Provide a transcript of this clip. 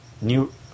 new